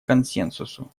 консенсусу